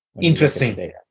Interesting